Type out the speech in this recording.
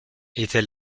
était